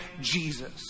Jesus